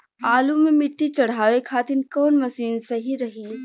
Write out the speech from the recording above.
आलू मे मिट्टी चढ़ावे खातिन कवन मशीन सही रही?